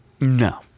No